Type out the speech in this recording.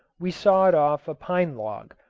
we sawed off a pine-log,